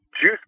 juice